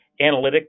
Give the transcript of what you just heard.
analytics